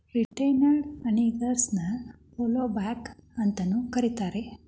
retained earnings ನ plough back ಅಂತಾನೂ ಕರೇತಾರ